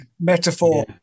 metaphor